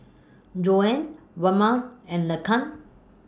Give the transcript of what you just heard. John Waymon and Laken